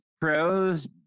pros